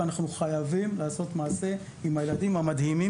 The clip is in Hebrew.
ואנחנו חייבים לעשות מעשה עם הילדים המדהימים